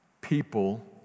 People